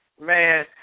Man